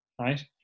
right